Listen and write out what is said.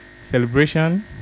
celebration